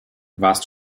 warst